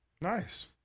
Nice